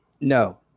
No